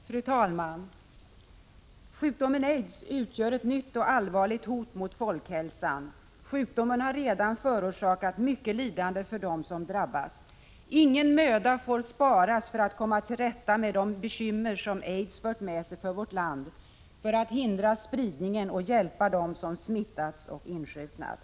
Fru talman! Sjukdomen aids utgör ett nytt och allvarligt hot mot folkhälsan. Sjukdomen har redan förorsakat dem som drabbats mycket lidande. Ingen möda får sparas när det gäller att komma till rätta med de bekymmer som sjukdomen aids har fört med sig för vårt land. Det gäller att hindra spridningen och att hjälpa dem som smittats och som insjuknat.